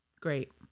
Great